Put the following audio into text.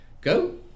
Go